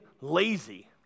lazy